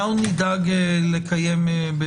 אנחנו נדאג לקיים,